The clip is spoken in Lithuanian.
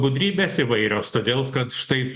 gudrybės įvairios todėl kad štai